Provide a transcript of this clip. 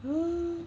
!huh!